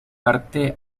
parte